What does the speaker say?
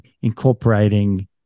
incorporating